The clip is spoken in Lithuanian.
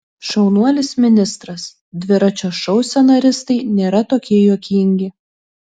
šaunuolis ministras dviračio šou scenaristai nėra tokie juokingi